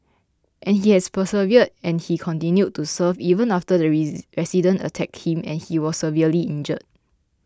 and he has persevered and he continued to serve even after the resident attacked him and he was severely injured